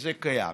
שזה קיים.